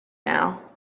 now